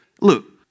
Look